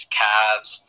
calves